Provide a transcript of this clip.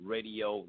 Radio